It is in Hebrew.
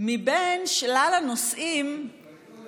מבין שלל הנושאים